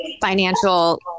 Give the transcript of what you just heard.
financial